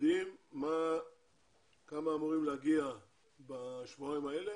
יודעים כמה אמורים להגיע בשבועיים האלה,